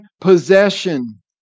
possession